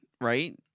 right